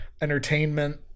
entertainment